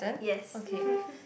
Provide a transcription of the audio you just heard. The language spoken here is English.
yes